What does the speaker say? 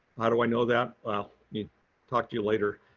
how do i know that? i'll talk to you later.